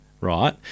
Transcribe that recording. Right